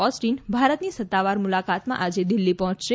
Austin ભારતને સત્તાવાર મુલાકાત આજે દિલ્હી પહોંચશે